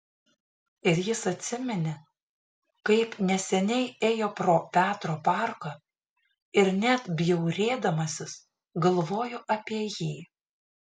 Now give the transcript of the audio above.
ir jis atsiminė kaip neseniai ėjo pro petro parką ir net bjaurėdamasis galvojo apie jį